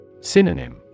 Synonym